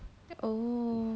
oh